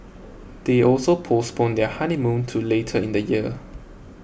they also postponed their honeymoon to later in the year